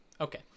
Okay